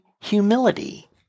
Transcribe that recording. humility